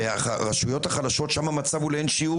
הרשויות החלשות שם המצב הוא לאין שיעור